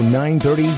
930